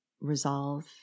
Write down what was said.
resolve